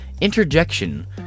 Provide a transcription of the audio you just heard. interjection